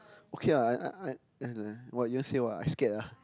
okay ah I I I what you want say what I scared ah